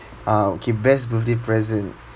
ah okay best birthday present